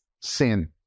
sin